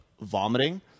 vomiting